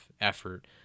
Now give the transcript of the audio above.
effort